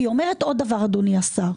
והיא אומרת עוד דבר, אדוני השר.